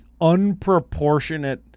unproportionate